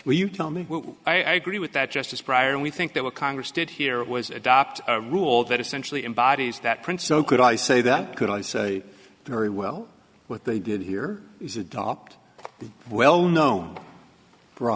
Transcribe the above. when you tell me i agree with that justice pryor and we think that what congress did here was adopt a rule that essentially embodies that print so could i say that could i say very well what they did here is adopt the well known for